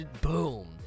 boom